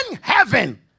heaven